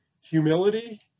humility